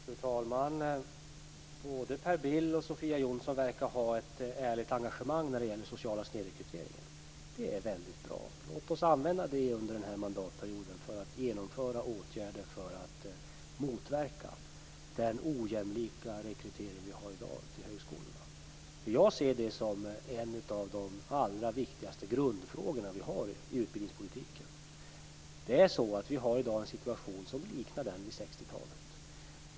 Fru talman! Både Per Bill och Sofia Jonsson verkar ha ett ärligt engagemang när det gäller den sociala snedrekryteringen. Det är väldigt bra. Låt oss använda det under den här mandatperioden för att genomföra åtgärder för att motverka den ojämlika rekrytering vi har i dag till högskolorna. Jag ser det som en av de allra viktigaste grundfrågorna vi har i utbildningspolitiken. I dag har vi en situation som liknar den som rådde på 60-talet.